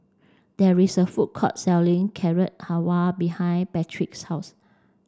there is a food court selling Carrot Halwa behind Patric's house